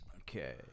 Okay